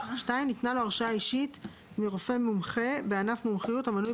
ניתנה לו הרשאה אישית מרופא מומחה בענף מומחיות המנוי